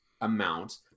amount